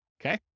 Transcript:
Okay